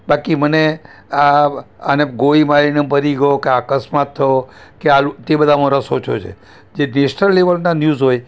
બાકી મને આ આને ગોળી મારીને મરી ગયો કે આ અકસ્માત થયો કે આ તે બધામાં રસ ઓછો છે જે નેશનલ લેવલના ન્યૂઝ હોય